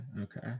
Okay